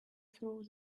through